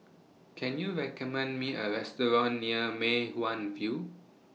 Can YOU recommend Me A Restaurant near Mei Hwan View